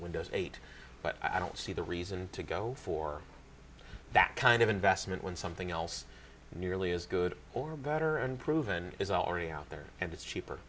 windows eight but i don't see the reason to go for that kind of investment when something else nearly as good or better unproven is already out there and it's cheaper